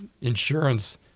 insurance